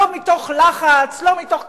לא מתוך לחץ, לא מתוך כפייה,